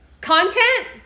content